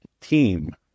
Team